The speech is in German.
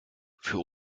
für